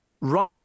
Right